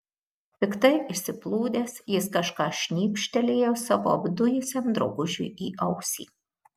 piktai išsiplūdęs jis kažką šnypštelėjo savo apdujusiam draugužiui į ausį